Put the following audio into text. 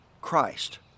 Christ